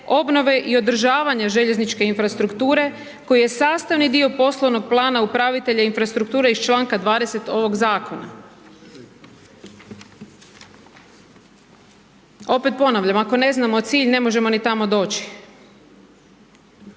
obnove i održavanja željezničke infrastrukture koji je sastavni dio poslovnog plana upravitelja infrastrukture iz članka 20. ovog zakona. Opet ponavljam, ako ne znamo cilj, ne možemo ni tamo doći.